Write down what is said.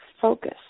focus